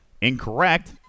incorrect